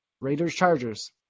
Raiders-Chargers